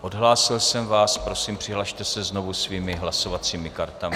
Odhlásil jsem vás a prosím, přihlaste se znovu svými hlasovacími kartami.